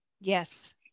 Yes